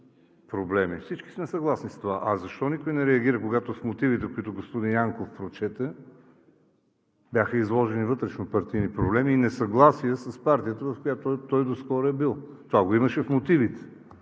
проблеми. Всички сме съгласни с това. А защо никой не реагира, когато в мотивите, които господин Янков прочете, бяха изложени вътрешнопартийни проблеми и несъгласие с партията, в която той доскоро е бил? Това го имаше в мотивите,